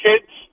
kids